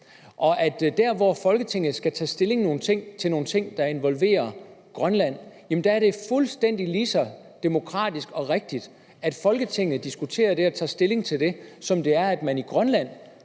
at det der, hvor Folketinget skal tage stilling til nogle ting, der involverer Grønland, er fuldstændig lige så demokratisk og rigtigt, at Folketinget diskuterer det og tager stilling til det, som det er, at man i Grønland